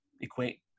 equate